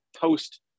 post